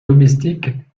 domestique